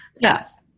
Yes